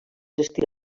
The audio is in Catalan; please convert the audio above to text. estil